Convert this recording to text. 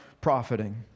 profiting